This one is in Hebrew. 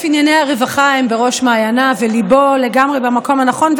שענייני הרווחה הם בראש מעייניו וליבו לגמרי במקום הנכון,